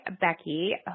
Becky